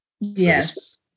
Yes